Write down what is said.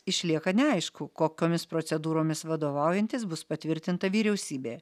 išlieka neaišku kokiomis procedūromis vadovaujantis bus patvirtinta vyriausybė